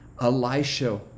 Elisha